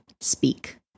speak